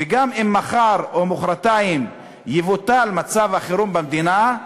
וגם אם מחר או מחרתיים יבוטל מצב החירום במדינה,